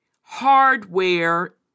hardware